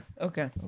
Okay